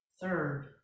Third